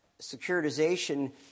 securitization